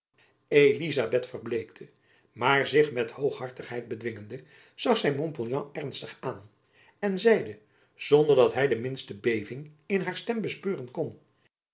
elizabeth verbleekte maar zich met hooghartigheid bedwingende zag zy montpouillan ernstig aan en zeide zonder dat hy de minste beving in haar stem bespeuren kon